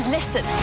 listen